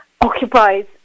occupies